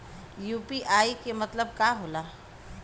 UPI के मतलब का होला?